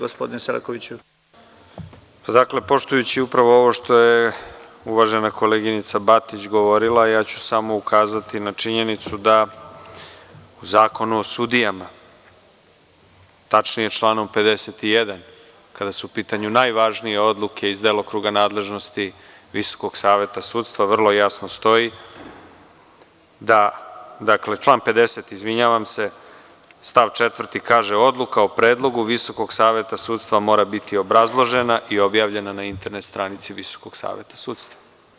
Dakle, poštujući upravo ovo što je uvažena koleginica Batić govorila, ja ću samo ukazati na činjenicu da u Zakonu o sudijama, tačnije članom 51, kada su u pitanju najvažnije odluke iz delokruga nadležnosti Visokog saveta sudstva vrlo jasno stoji da, dakle član 50, izvinjavam se, stav 4. kaže – odluka o predlogu Visokog saveta sudstva mora biti obrazložena i objavljena na internet stranici Visokog saveta sudstva.